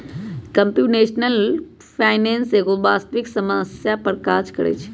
computational finance एगो वास्तविक समस्या पर काज करइ छै